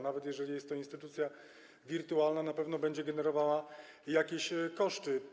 Nawet jeżeli jest to instytucja wirtualna, na pewno będzie generowała jakieś koszty.